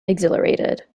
exhilarated